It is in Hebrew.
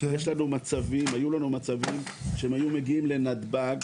היו לנו מצבים שהם היו מגיעים לנתב"ג.